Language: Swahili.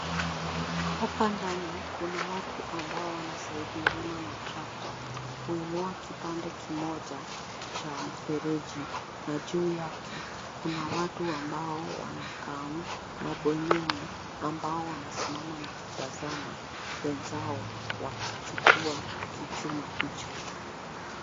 Hapa ndani, kuna watu ambao wanasaidiana na trakta kuinua kipande kimoja cha mfereji na juu yake kuna watu ambao wanakaa mabwanyenye ambao wanasimama na kutazama, wenzao ,wakichukua kichuma hicho.